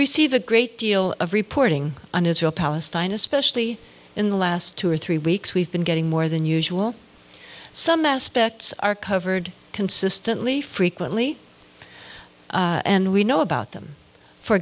receive a great deal of reporting on israel palestine especially in the last two or three weeks we've been getting more than usual some aspects are covered consistently frequently and we know about them for